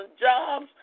jobs